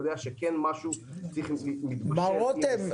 מר רותם,